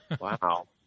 Wow